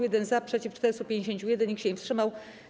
1 - za, przeciw - 451, nikt się nie wstrzymał.